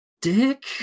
dick